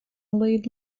laid